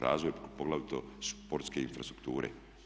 Razvoj, poglavito športske infrastrukture.